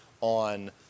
on